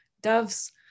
Doves